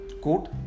quote